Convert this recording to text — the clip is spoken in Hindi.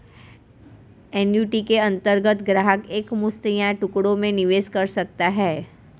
एन्युटी के अंतर्गत ग्राहक एक मुश्त या टुकड़ों में निवेश कर सकता है